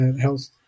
Health